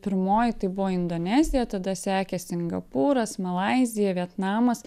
pirmoji tai buvo indonezija tada sekė singapūras malaizija vietnamas